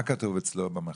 מה כתוב אצלו במחשב?